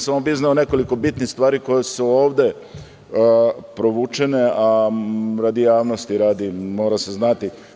Samo bih izneo nekoliko bitnih stvari koje su ovde provučene, a radi javnosti mora se znati.